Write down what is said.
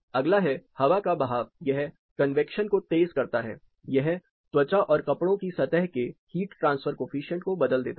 अगला है हवा का बहाव यह कन्वैक्शन को तेज करता है यह त्वचा और कपड़ों की सतह के हीट ट्रांसफर कॉएफिशिएंट को बदल देता है